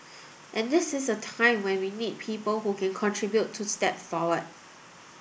and this is a time when we need people who can contribute to step forward